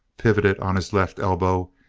pivoted on his left elbow,